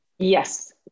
Yes